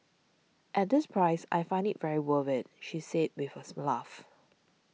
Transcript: at this price I find it very worth it she said with a laugh